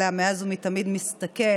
אלא שמאז ומתמיד הוא מסתכל